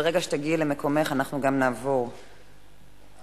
ברגע שתגיעי למקומך אנחנו נעבור להצבעה